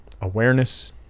awareness